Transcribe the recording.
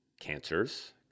cancers